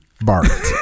barked